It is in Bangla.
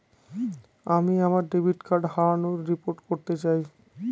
আমি আমার ডেবিট কার্ড হারানোর রিপোর্ট করতে চাই